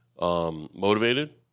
motivated